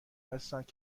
هستند